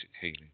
healing